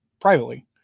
privately